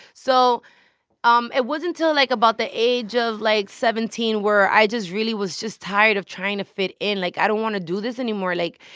so um it wasn't till, like, about the age of, like, seventeen, where i just really was just tired of trying to fit in. like, i don't want to do this anymore. like.